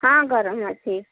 ହଁ ଗରମ ଅଛି